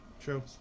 True